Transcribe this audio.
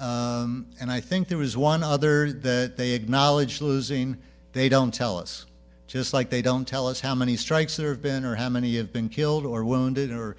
and i think there was one other that they acknowledged losing they don't tell us just like they don't tell us how many strikes there have been or how many have been killed or wounded or